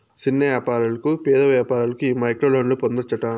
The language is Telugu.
సిన్న యాపారులకు, పేద వ్యాపారులకు ఈ మైక్రోలోన్లు పొందచ్చట